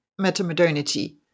metamodernity